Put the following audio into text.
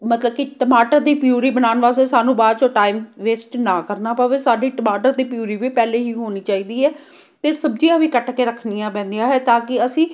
ਮਤਲਬ ਕਿ ਟਮਾਟਰ ਦੀ ਪਿਊਰੀ ਬਣਾਉਣ ਵਾਸਤੇ ਸਾਨੂੰ ਬਾਅਦ ਚੋਂ ਟਾਈਮ ਵੇਸਟ ਨਾ ਕਰਨਾ ਪਵੇ ਸਾਡੀ ਟਮਾਟਰ ਦੀ ਪਿਊਰੀ ਵੀ ਪਹਿਲੇ ਹੀ ਹੋਣੀ ਚਾਹੀਦੀ ਹੈ ਅਤੇ ਸਬਜ਼ੀਆਂ ਵੀ ਕੱਟ ਕੇ ਰੱਖਣੀਆਂ ਪੈਂਦੀਆਂ ਹੈ ਤਾਂ ਕਿ ਅਸੀਂ